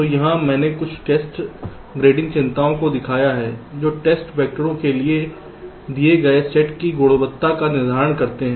तो यहाँ मैंने कुछ टेस्ट ग्रेडिंग चिंताओं को दिखाया है जो टेस्ट वैक्टर के दिए गए सेट की गुणवत्ता का निर्धारण करते हैं